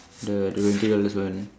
the the twenty dollars one